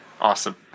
Awesome